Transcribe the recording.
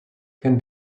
can